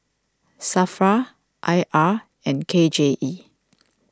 Safra I R and K J E